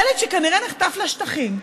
ילד שכנראה נחטף לשטחים,